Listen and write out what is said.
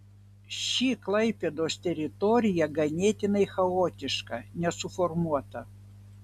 ši klaipėdos teritorija ganėtinai chaotiška nesuformuota